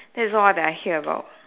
that's all that I hear about